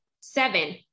seven